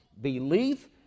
belief